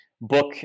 book